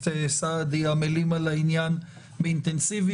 סעדי עמלים על העניין באינטנסיביות.